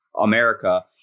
america